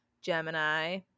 gemini